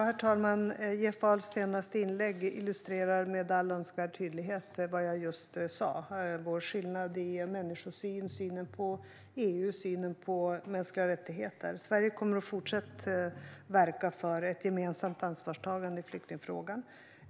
Herr talman! Jeff Ahls senaste inlägg illustrerar med all önskvärd tydlighet vad jag just sa om skillnaden i vår människosyn, synen på EU och synen på mänskliga rättigheter. Sverige kommer att fortsatt verka för ett gemensamt ansvarstagande i flyktingfrågan.